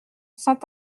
saint